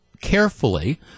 carefully